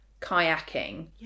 kayaking